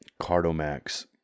Cardomax